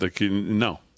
no